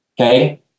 okay